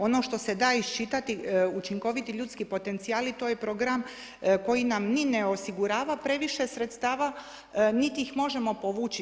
Ono što se da iščitati učinkoviti ljudski potencijali to je program koji nam ni ne osigurava previše sredstava, niti ih možemo povući.